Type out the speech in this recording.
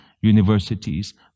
universities